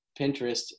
Pinterest